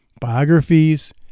biographies